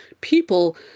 people